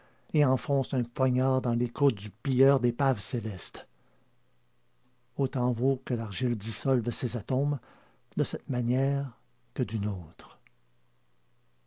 et enfonce un poignard dans les côtes du pilleur d'épaves célestes autant vaut que l'argile dissolve ses atomes de cette manière que d'une autre